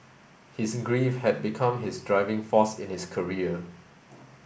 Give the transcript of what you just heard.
his grief had become his driving force in his career